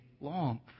long